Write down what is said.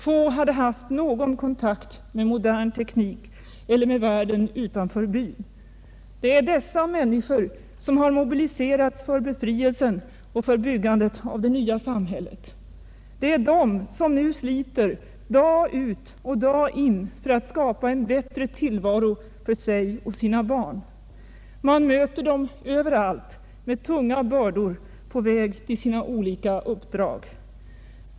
Få hade haft någon kontakt med modern teknik eller med världen utanför byn. Det är dessa mäniskor som har mobiliserats för befrielsen och byggandet av det nya samhället. Det är de som nu sliter dag ut och dag in för att skapa en bättre tillvaro för sig och sina barn. Man möter dem överallt med tunga bördor på väg till sina olika uppdrag.